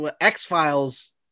X-Files